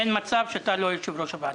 אין מצב שאתה לא יושב-ראש הוועדה.